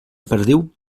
perdiu